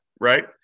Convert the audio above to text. right